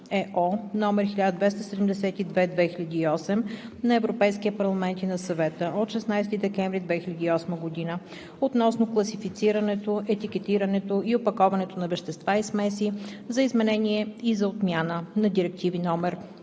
(ЕО) № 1272/2008 на Европейския парламент и на Съвета от 16 декември 2008 година относно класифицирането, етикетирането и опаковането на вещества и смеси, за изменение и за отмяна на директиви